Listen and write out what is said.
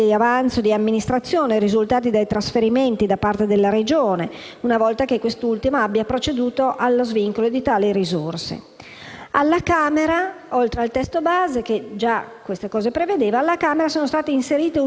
Alla Camera, oltre al testo base che già questo prevedeva, sono state inserite ulteriori misure: le Province e le Città metropolitane possono utilizzare i proventi delle sanzioni per la violazione del codice della strada